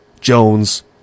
Jones